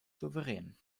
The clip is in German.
souverän